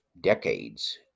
decades